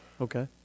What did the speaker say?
Okay